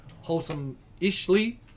wholesome-ishly